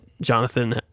Jonathan